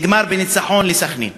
נגמר בניצחון לסח'נין,